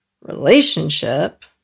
relationship